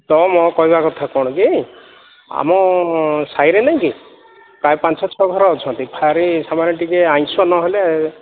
ତ ମୋ କହିବା କଥା କ'ଣ କି ଆମ ସାହିରେ ନାହିଁ କି ଚାରି ପାଞ୍ଚ ଛଅ ଘର ଅଛନ୍ତି ଭାରି ସେମାନେ ଟିକିଏ ଆଇଁଷ ନ ହେଲେ